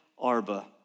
Arba